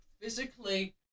physically